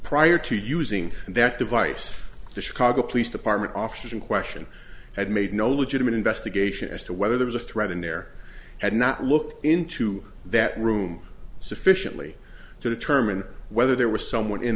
prior to using that device the chicago police department officers in question had made no legitimate investigation as to whether there was a threat and there had not looked into that room sufficiently to determine whether there was someone in